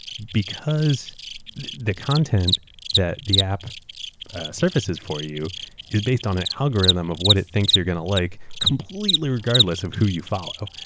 because the content that the app surfaces for you is based on an algorithm of what it thinks youaeurre going to like completely regardless of who you follow.